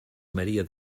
maria